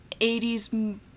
80s